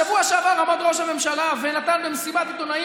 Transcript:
שבוע שעבר עמד ראש הממשלה ונתן במסיבת עיתונאים,